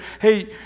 hey